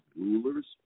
rulers